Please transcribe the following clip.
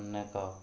ଅନେକ